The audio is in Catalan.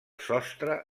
sostre